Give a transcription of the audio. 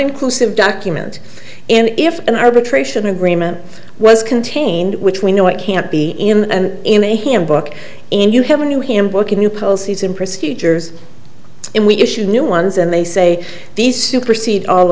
inclusive document and if an arbitration agreement was contained which we know it can't be in in a handbook and you have a new him working new policies and procedures and we issue new ones and they say these supersede all